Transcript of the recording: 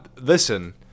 Listen